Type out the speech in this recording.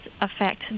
affect